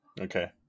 Okay